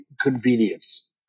convenience